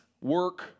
work